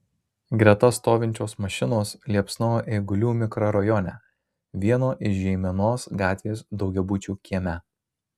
greta stovinčios mašinos liepsnojo eigulių mikrorajone vieno iš žeimenos gatvės daugiabučio kieme